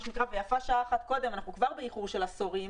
ויפה שעה אחת קודם כי אנחנו כבר באיחור של עשורים